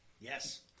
Yes